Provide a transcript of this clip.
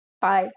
Bye